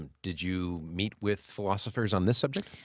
um did you meet with philosophers on this subject?